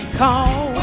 call